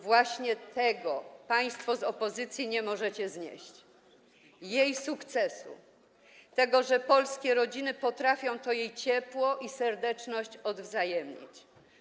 Właśnie tego państwo z opozycji nie możecie znieść: jej sukcesu i tego, że polskie rodziny potrafią to jej ciepło i serdeczność odwzajemnić.